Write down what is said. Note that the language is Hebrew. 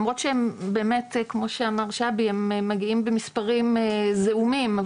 למרות שכמו שאמר שבי הם מגיעים במספרים זעומים,